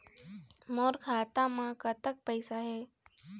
मोर खाता म कतक पैसा हे?